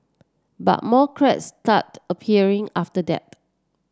but more cracks started appearing after that